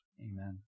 Amen